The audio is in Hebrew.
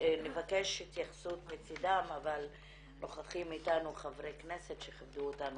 נבקש התייחסות מצידם אבל נוכחים איתנו חברי כנסת שכיבדו אותנו